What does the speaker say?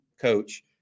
coach